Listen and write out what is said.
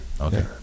Okay